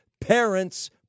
parents